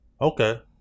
Okay